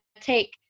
take